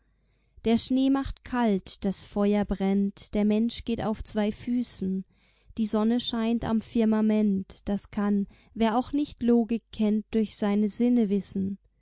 der schnee macht kalt das feuer brennt der mensch geht auf zwei füßen die sonne scheint am firmament das kann wer auch nicht logik kennt durch seine sinne wissen